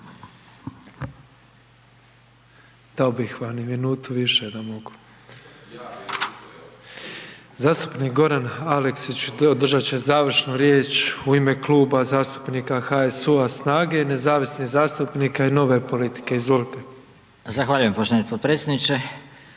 Dao bih vam i minutu više da mogu. Zastupnik Goran Aleksić održat će završnu riječ u ime Kluba zastupnika HSU-a, SNAGE, nezavisnih zastupnika i Nove politike. Izvolite. **Aleksić,